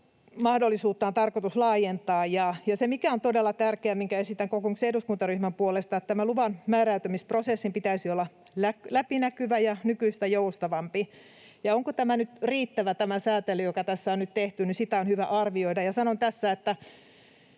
mahdollisuutta on tarkoitus laajentaa. Ja se, mikä on todella tärkeää ja minkä esitän kokoomuksen eduskuntaryhmän puolesta, on se, että luvan määräytymisprosessin pitäisi olla läpinäkyvä ja nykyistä joustavampi. Sitä, onko tämä säätely, joka tässä on nyt tehty, riittävä, on hyvä arvioida. Sanon tässä, että